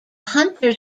hunter